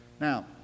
Now